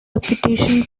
reputation